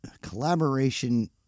collaboration